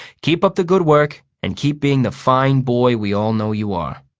keep up the good work, and keep being the fine boy we all know you are.